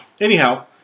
anyhow